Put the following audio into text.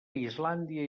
islàndia